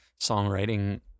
songwriting